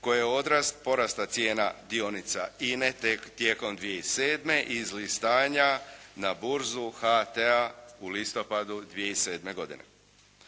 koja je odrast porasta cijena dionica Ine tijekom 2007. iz listanja na burzu HT-a u listopadu 2007. godine.